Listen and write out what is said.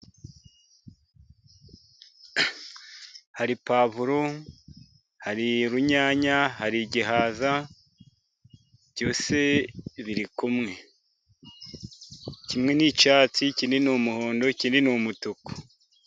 Hari pavuro ,hari urunyanya, hari igihaza, byose birikumwe. Kimwe n'icyatsi, ikindi n'umuhondo, ikindi n' umutuku.